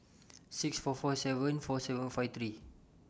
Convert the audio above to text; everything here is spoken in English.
six four four seven four seven five three